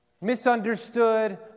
misunderstood